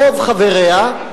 ברוב חבריה,